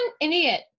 idiot